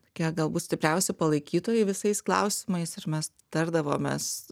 tokie galbūt stipriausi palaikytojai visais klausimais ir mes tardavomės